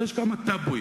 יש כמה "טבואים",